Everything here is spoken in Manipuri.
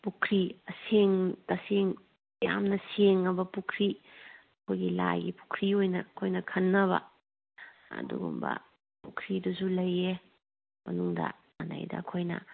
ꯄꯨꯈ꯭ꯔꯤ ꯌꯥꯝꯅ ꯁꯦꯡꯂꯕ ꯄꯨꯈ꯭ꯔꯤ ꯑꯩꯈꯣꯏꯒꯤ ꯂꯥꯏꯒꯤ ꯄꯨꯈ꯭ꯔꯤ ꯑꯣꯏꯅ ꯑꯩꯈꯣꯏꯅ ꯈꯟꯅꯕ ꯑꯗꯨꯒꯨꯝꯕ ꯄꯨꯈ꯭ꯔꯤꯗꯨꯁꯨ ꯂꯩꯌꯦ ꯃꯅꯨꯡꯗ ꯑꯗꯩꯗ ꯑꯩꯈꯣꯏꯅ